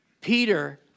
Peter